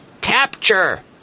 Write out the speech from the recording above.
capture